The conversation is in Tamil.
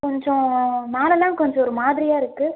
கொஞ்சம் மேலெல்லாம் கொஞ்சம் ஒருமாதிரியாக இருக்குது